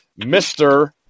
Mr